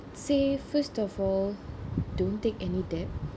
say first of all don't take any debt